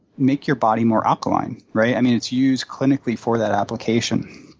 make your body more alkaline, right? i mean, it's used clinically for that application.